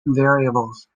variables